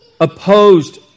opposed